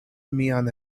mian